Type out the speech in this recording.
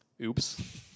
Oops